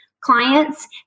clients